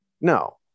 No